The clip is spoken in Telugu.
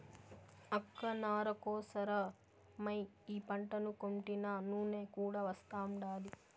అక్క నార కోసరమై ఈ పంటను కొంటినా నూనె కూడా వస్తాండాది